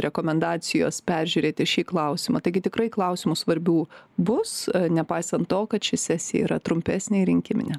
rekomendacijos peržiūrėti šį klausimą taigi tikrai klausimų svarbių bus nepaisant to kad ši sesija yra trumpesnė ir rinkiminė